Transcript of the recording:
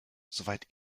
soweit